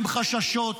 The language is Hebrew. עם חששות,